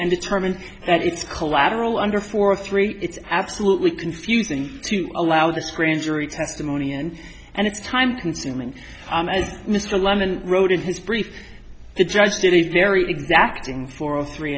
and determined that it's collateral under four three it's absolutely confusing to allow this grand jury testimony in and it's time consuming as mr lemon wrote in his brief the judge did a very exacting for all three